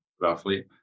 roughly